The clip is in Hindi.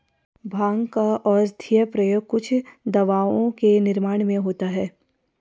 भाँग का औषधीय प्रयोग कुछ दवाओं के निर्माण में होता है